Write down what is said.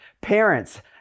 Parents